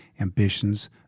ambitions